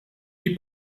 die